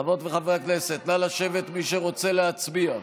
חברות וחברי הכנסת, נא לשבת, מי שרוצה להצביע.